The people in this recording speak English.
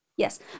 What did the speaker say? Yes